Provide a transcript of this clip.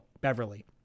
Beverly